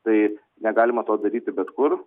tai negalima to daryti bet kur